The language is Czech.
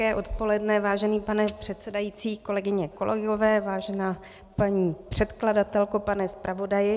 Hezké odpoledne, vážený pane předsedající, kolegyně a kolegové, vážená paní předkladatelko, pane zpravodaji.